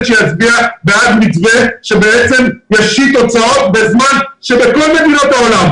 שיצביע בעד מתווה שבעצם ישית הוצאות בזמן שבכל מדינות העולם,